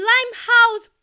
Limehouse